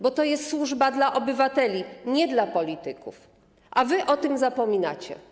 Bo to jest służba dla obywateli, nie dla polityków, a wy o tym zapominacie.